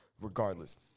regardless